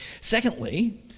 Secondly